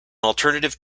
alternative